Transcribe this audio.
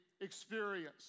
experience